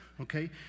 okay